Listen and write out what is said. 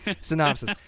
synopsis